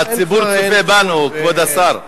הציבור צופה בנו, כבוד השר.